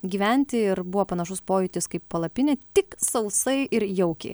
gyventi ir buvo panašus pojūtis kaip palapinė tik sausai ir jaukiai